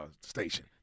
station